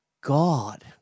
God